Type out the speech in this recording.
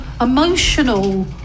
emotional